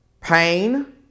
Pain